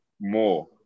more